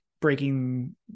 breaking